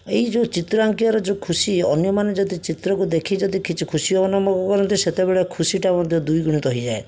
ଏଇ ଯେଉଁ ଚିତ୍ର ଆଙ୍କିବାର ଯେଉଁ ଖୁସି ଅନ୍ୟମାନେ ଯଦି ଚିତ୍ରକୁ ଦେଖି ଯଦି କିଛି ଖୁସି ଅନୁଭବ କରନ୍ତି ସେତେବେଳେ ଖୁସିଟା ମଧ୍ୟ ଦୁଇଗୁଣିତ ହେଇଯାଏ